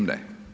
Ne.